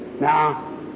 Now